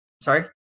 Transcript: Sorry